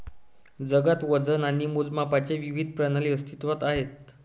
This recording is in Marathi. जगात वजन आणि मोजमापांच्या विविध प्रणाली अस्तित्त्वात आहेत